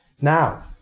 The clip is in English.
Now